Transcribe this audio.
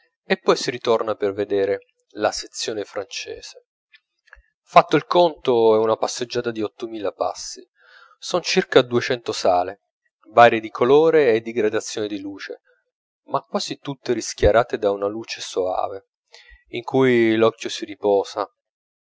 e poi si ritorna per vedere la sezione francese fatto il conto è una passeggiata di ottomila passi son circa duecento sale varie di colore e di gradazione di luce ma quasi tutte rischiarate da una luce soave in cui l'occhio si riposa